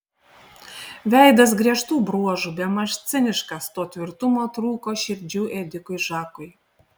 veidas griežtų bruožų bemaž ciniškas to tvirtumo trūko širdžių ėdikui žakui